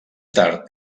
tard